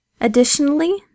Additionally